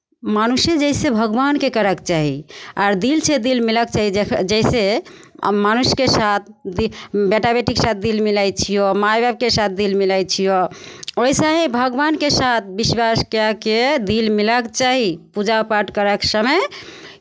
मनुष्य जइसे भगवानके करयके चाही आर दिलसँ दिल मिलाय कऽ चाही जइसे जइसे मनुष्यके साथ बेटा बेटीके साथ दिल मिलाय छियौ माय बापके साथ दिल मिलाय छियौ वइसे ही भगवानके साथ विश्वास कए कऽ दिल मिलाय कऽ चाही पूजा पाठ करयके समय